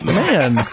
man